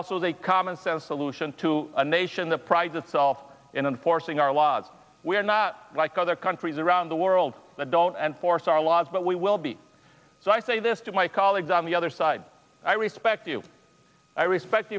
a commonsense solution to a nation that prides itself in and forcing our laws we're not like other countries around the world that don't enforce our laws but we will be so i say this to my colleagues on the other side i respect you i respect